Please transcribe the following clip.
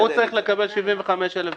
הוא צריך לקבל 75,000 ביצים.